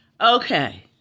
Okay